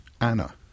Anna